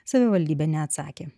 savivaldybė neatsakė